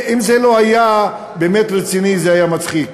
אם זה לא היה באמת רציני, זה היה מצחיק.